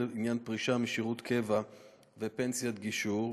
הוראות לעניין פרישה משירות קבע ופנסיית גישור,